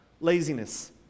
laziness